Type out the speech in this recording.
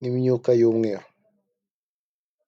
n'imyuka y,umweru.